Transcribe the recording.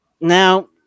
Now